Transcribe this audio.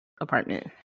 apartment